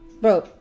Bro